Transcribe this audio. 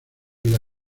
vida